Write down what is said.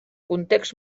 context